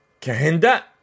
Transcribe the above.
Kahinda